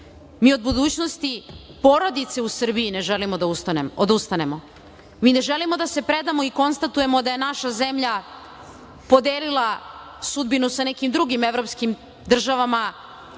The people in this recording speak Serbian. ni od budućnosti porodice u Srbiji ne želimo da odustanemo. Mi ne želimo da se predamo i konstatujemo da je naša zemlja podelila sudbinu sa nekim drugim evropskim državama